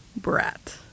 brat